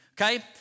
okay